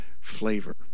flavor